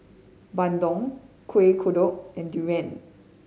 Bandung Kuih Kodok and Durian